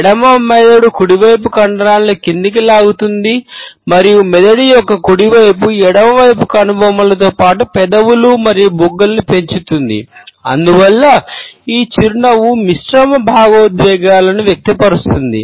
ఎడమ మెదడు కుడివైపు కండరాలను క్రిందికి లాగుతుంది మరియు మెదడు యొక్క కుడి వైపు ఎడమ వైపు కనుబొమ్మలతో పాటు పెదవులు మరియు బుగ్గలను పెంచుతుంది అందువల్ల ఈ చిరునవ్వు మిశ్రమ భావోద్వేగాలను వ్యక్తపరుస్తుంది